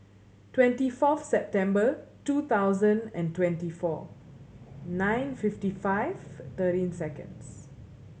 twenty fourth September two thousand and twenty four nine fifty five thirteen seconds